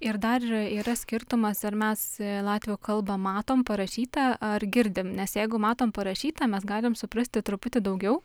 ir dar yra skirtumas ar mes latvių kalbą matom parašytą ar girdim nes jeigu matom parašytą mes galim suprasti truputį daugiau